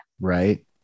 Right